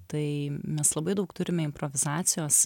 tai mes labai daug turime improvizacijos